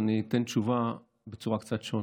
אז אני אתן תשובה בצורה קצת שונה.